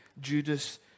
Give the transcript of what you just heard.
Judas